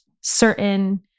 certain